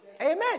Amen